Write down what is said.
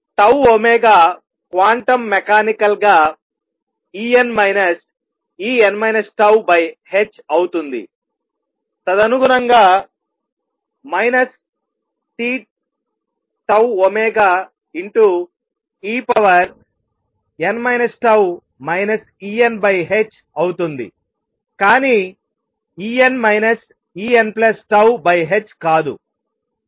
τω quantum mechanical గా En En τℏ అవుతుంది తదనుగుణంగా tτω En τ Enℏ అవుతుంది కానీ En Enℏ కాదు